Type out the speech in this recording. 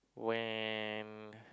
when